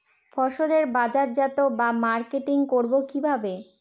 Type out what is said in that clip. ফসলের বাজারজাত বা মার্কেটিং করব কিভাবে?